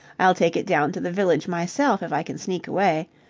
i'll take it down to the village myself if i can sneak away.